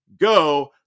go